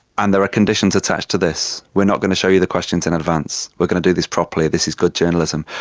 and there are conditions attached to this, we are not going to show you the questions in advance, we are going to do this properly, this is good journalism.